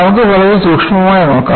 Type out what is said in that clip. നമുക്ക് വളരെ സൂക്ഷ്മമായി നോക്കാം